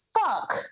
fuck